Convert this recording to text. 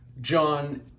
John